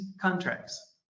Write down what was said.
contracts